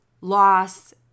loss